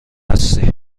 هستی